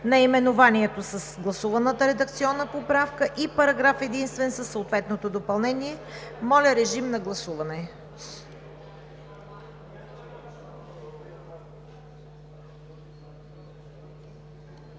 наименованието с гласуваната редакционна поправка и параграф единствен със съответното допълнение. Гласували